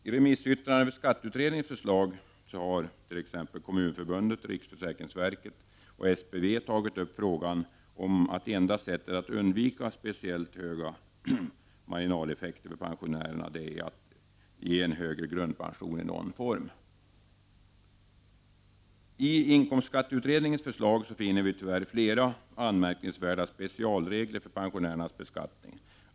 I remissyttrande över skatteutredningens förslag har t.ex. Kommunförbundet, riksförsäkringsverket och SPV tagit upp frågan om att enda sättet att undvika speciellt höga marginaleffekter för pensionärerna är att ge en högre grundpension i någon form. I Inkomstskatteutredningens förslag finner vi tyvärr flera anmärkningsvärda specialregler för pensionärernas beskattning.